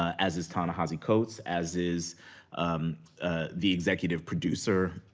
as is ta-nehisi coates, as is the executive producer,